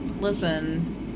Listen